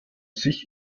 sich